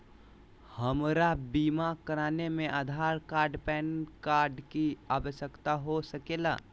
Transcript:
हमरा बीमा कराने में आधार कार्ड पैन कार्ड की आवश्यकता हो सके ला?